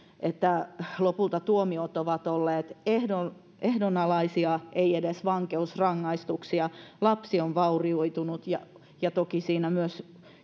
että lopulta tuomiot ovat olleet ehdonalaisia ehdonalaisia eivät edes vankeusrangaistuksia lapsi on vaurioitunut ja ja toki siinä myös